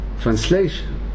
translation